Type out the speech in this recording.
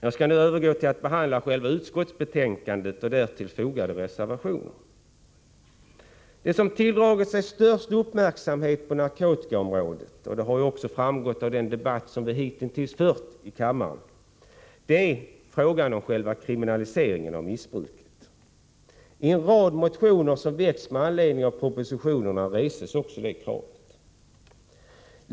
Jag skall nu övergå till att behandla själva utskottsbetänkandet och därtill fogade reservationer. Det som under senare tid tilldragit sig störst uppmärksamhet på narkotikaområdet är frågan om kriminalisering av missbruket — det har också framgått av den debatt som vi hitintills har fört i kammaren. I en rad motioner som väckts med anledning av propositionerna reses också kriminaliseringskravet.